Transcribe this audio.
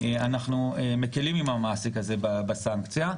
אנחנו מקלים עם המעסיק הזה בסנקציה.